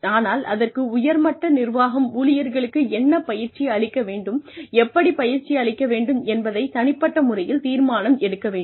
ஆனால் அதற்கு உயர்மட்ட நிர்வாகம் ஊழியர்களுக்கு என்ன பயிற்சி அளிக்க வேண்டும் எப்படி பயிற்சி அளிக்க வேண்டும் என்பதைத் தனிப்பட்ட முறையில் தீர்மானம் எடுக்க வேண்டும்